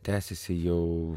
tęsiasi jau